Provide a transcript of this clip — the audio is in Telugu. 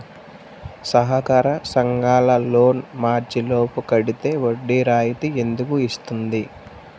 సహకార సంఘాల లోన్ మార్చి లోపు కట్టితే వడ్డీ రాయితీ ఎందుకు ఇస్తుంది?